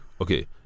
Okay